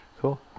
Cool